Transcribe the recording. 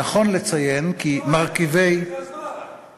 נכון לציין כי מרכיבי, זה הסברה, זה רק הסברה.